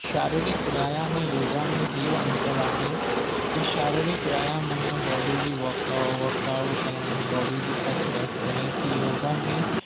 शारीरिक व्यायाम ऐं योगा में इहो अंतर आहे की शारीरिक व्यायाम मना बॉडी जी वकव वकाउट ऐं बॉडी जी कसरत जॾहिं की योगा में